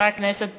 חברי הכנסת,